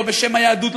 לא בשם היהדות,